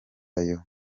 ayo